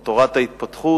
או תורת ההתפתחות,